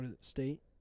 State